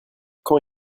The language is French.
quand